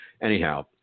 Anyhow